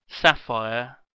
sapphire